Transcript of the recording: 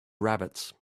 rabbits